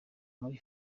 muri